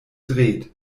dreht